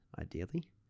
ideally